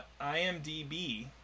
IMDB